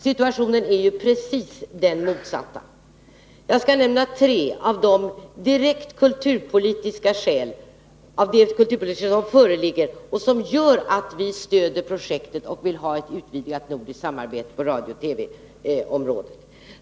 Situationen är ju precis den motsatta. Jag skall nämna tre direkt kulturpolitiska skäl som gör att vi stöder projektet och vill ha ett utvidgat nordiskt samarbete på radiooch TV-området.